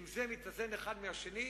האם זה מתאזן אחד עם שני?